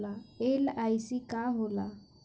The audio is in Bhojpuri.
एल.आई.सी का होला?